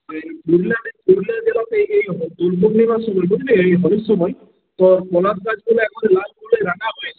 আর পুরুলিয়াতে এই ভাবে দোল পূর্ণিমার সময় বুঝলি এই হোলির সময় তোর পলাশ গাছগুলো একবারে লাল ফুলে রাঙা হয়ে যায়